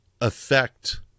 affect